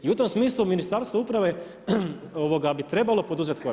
I u tom smislu Ministarstvo uprave bi trebalo poduzeti korak.